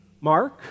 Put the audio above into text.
Mark